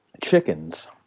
chickens